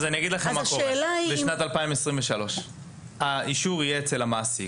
אני אגיד לכם מה קורה בשנת 2023. האישור יהיה אצל המעסיק,